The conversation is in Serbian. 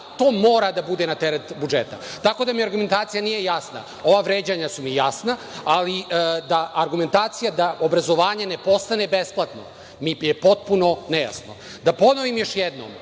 da to mora da bude na teret budžeta. Argumentacija mi nije jasna. Ova vređanja su mi jasna, ali argumentacija da obrazovanje ne postane besplatno, to mi je potpuno nejasno. Da ponovim još jednom